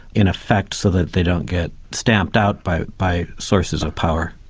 in effect so that they don't get stamped out by by sources of power.